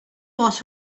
was